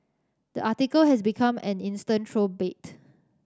the article has become an instant troll bait